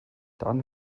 dann